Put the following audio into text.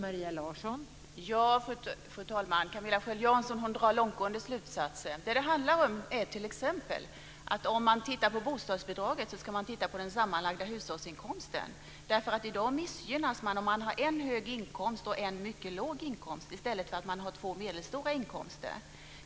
Fru talman! Camilla Sköld Jansson drar långtgående slutsatser. Det handlar t.ex. för bostadsbidraget om att man ska titta på den sammanlagda hushållsinkomsten. I dag missgynnas de hushåll som har en hög inkomst och en mycket låg inkomst i stället för två medelstora inkomster.